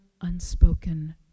unspoken